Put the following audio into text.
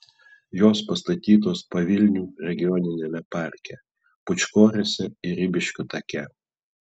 jos pastatytos pavilnių regioniniame parke pūčkoriuose ir ribiškių take